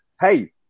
hey